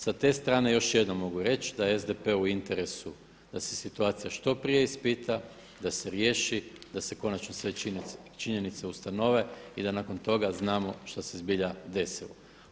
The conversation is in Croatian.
Sa te strane još jednom mogu reći da je SDP u interesu da se situacija što prije ispita, da se riješi, da se konačno sve činjenice ustanove i da nakon toga znamo šta se zbilja desilo.